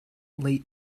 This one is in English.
late